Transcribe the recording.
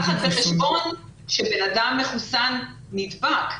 לקחת בחשבון שבן אדם מחוסן נדבק,